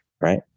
right